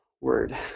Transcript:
word